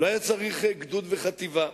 לא היה צריך גדוד וחטיבה.